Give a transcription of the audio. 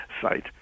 site